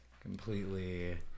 completely